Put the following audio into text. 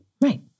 Right